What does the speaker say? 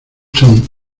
son